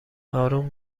آروم